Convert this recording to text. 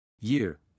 Year